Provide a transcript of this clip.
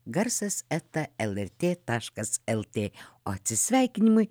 garsas eta lrt taškas eltė o atsisveikinimui